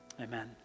Amen